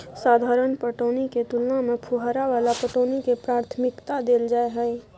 साधारण पटौनी के तुलना में फुहारा वाला पटौनी के प्राथमिकता दैल जाय हय